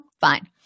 fine